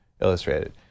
illustrated